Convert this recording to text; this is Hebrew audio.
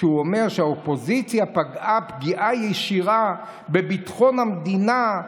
ואומר שהאופוזיציה פגעה פגיעה ישירה בביטחון המדינה,